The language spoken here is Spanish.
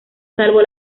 salvo